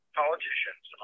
politicians